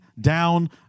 down